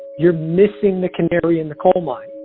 you're missing the canary in the coal mine.